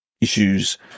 issues